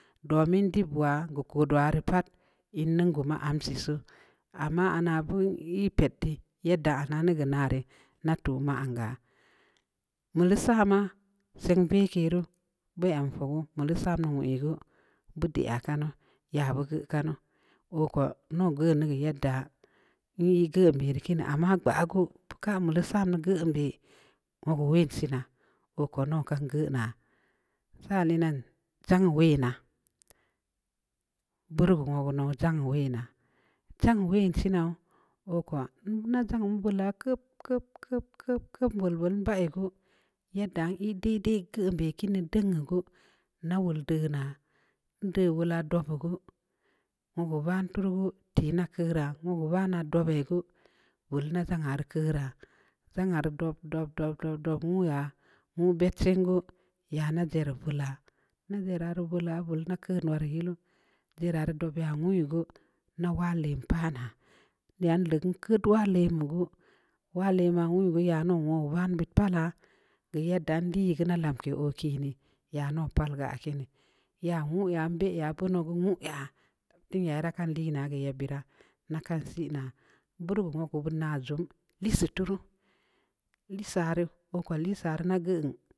Domin dibwaa geu kodwaa rii pat in ningumaa am sisuu, amma ahnaa beu pet dii, yedda ahnaa ndi geu naa rii, nda tuu man gaa, meulii sa'amaa, seng veke ruu, bu em fogu, meulii sam nwui geu, beu deya kanu, yaa beu kanu, oo ko ndauw geun tii yedda, nyi geun beh rii kiini, maa gbaa geu, meulii san geun beh, nwogu wen siinaa, oo ko ndauw kan geunaa, saa lii nan, jangnm wenaa, beuri geu wogu now, jangmn wenaa, jangmn wensii nau, oo ko nda jangmn veulaa, keub-keub-keub-keub-keub! Nveul veul nbai gu, yedda nyi daidai geun beh kiin dii deung ya gu, nda wol deunaa, ndeu wolaa dob beu geu, wogu van tuu ruu gu, tii nda keuuraa, wogu vana dobeu geu, veul nda jangnha rii keuraa, jangnha rii dob-dob-dob nwuyaa, nwu bed sen geu, nyaa nda jarri veula, nda jarra rii veula, veul nkeud yi wra yilu jarra rii dob ya nwui geu, nda wad lem paa naa, yan leug nkeud wad lemmi geu, wad lema nwui gu, nyan dau wogu van beud pallaa, geu yeddaa nlii geu neda lamke oo kiin dii, nya dau pall geu aah kiini, yaa nwuyaa, nbeyaa nwuu yaa, bin ya ii da kan lii geu yebb beuraa, ndakan siinaa, beuri geu wogu beud na zuum, lissi tu ruu. lissaa, rii, oo ko nda lissa rii geun